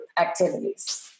activities